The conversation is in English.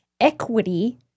equity